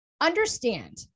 Understand